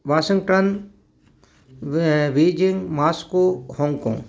Washington Beijing Moscow Hong Kong